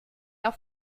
auf